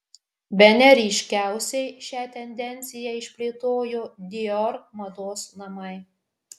bene ryškiausiai šią tendenciją išplėtojo dior mados namai